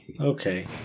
Okay